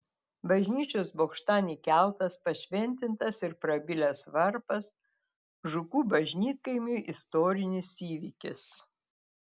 bažnyčios bokštan įkeltas pašventintas ir prabilęs varpas žukų bažnytkaimiui istorinis įvykis